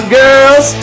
girls